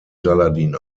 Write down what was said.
saladin